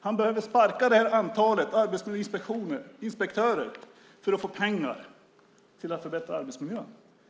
Han behöver sparka ett antal arbetsmiljöinspektörer för att få pengar till att förbättra arbetsmiljön.